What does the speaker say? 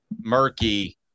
murky